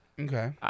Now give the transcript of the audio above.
Okay